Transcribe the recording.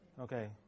Okay